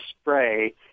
spray